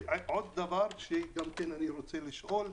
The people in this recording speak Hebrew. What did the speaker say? ועוד דבר שגם כן אני רוצה לשאול.